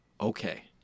Okay